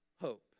hope